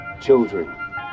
children